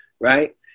right